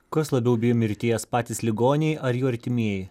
kas labiau bijo mirties patys ligoniai ar jų artimieji